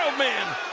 man.